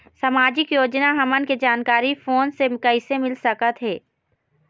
सामाजिक योजना हमन के जानकारी फोन से कइसे मिल सकत हे?